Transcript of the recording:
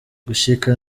gushika